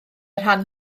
rhan